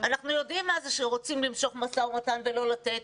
אנחנו יודעים מה זה כשרוצים למשוך משא-ומתן ולא לתת,